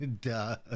duh